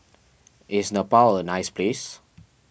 is Nepal a nice place